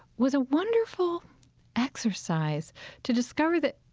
was a wonderful exercise to discover that,